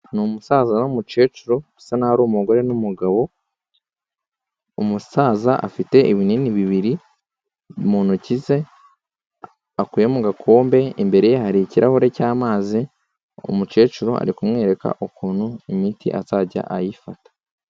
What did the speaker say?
Ni umusaza n'umukecuru bisa naho ari umugore n'umugabo, umusaza afite ibinini bibiri mu ntoki ze akuye mu gakombe imbere ye hari ikirahure cy'amazi, umukecuru ari kumwereka ukuntu imiti azajya ayifata.